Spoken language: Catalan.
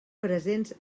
presents